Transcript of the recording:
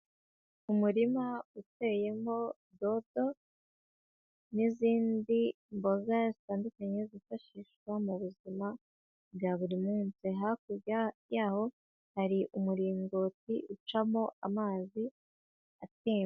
Umurima uteyemo dodo n'izindi mboga zitandukanye zifashishwa mu buzima bwa buri munsi, hakurya yawo hari umuringoti ucamo amazi atemba.